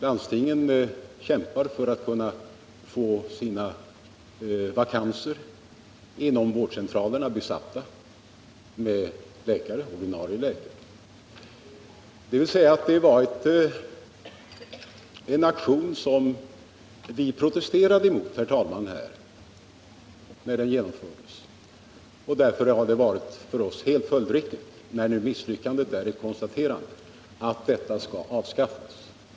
Landstingen kämpar för att få sina vakanser inom vårdcentralerna besatta med ordinarie läkare. Vi socialdemokrater protesterade mot aktionen när den genomfördes. Därför är det för oss helt följdriktigt, när nu misslyckandet är ett faktum, att etableringsrätten avskaffas.